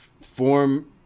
Form